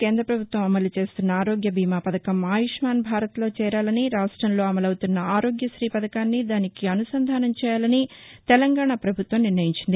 కేంద్రపభుత్వం అమలుచేస్తోన్న ఆరోగ్య బీమా పథకం ఆయుష్మాన్ భారత్లో చేరాలని రాష్టంలో అమలవుతున్న ఆరోగ్యతీ పథకాన్ని దీనికి అనుసంధానం చేయాలని తెలంగాణ ప్రభుత్వం నిర్ణయించింది